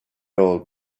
old